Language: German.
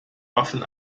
waffen